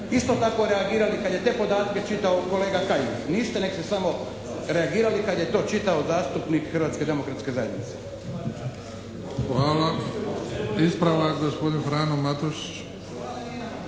isto tako reagirali kada je te podatke čitao kolega Kajin. Niste, nego ste samo reagirali kada je to čitao zastupnik Hrvatske demokratske zajednice. **Bebić, Luka (HDZ)** Hvala. Ispravak gospodin Frano Matušić.